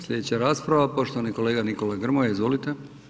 Slijedeća rasprava, poštovani kolega Nikola Grmoja, izvolite.